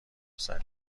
صلیب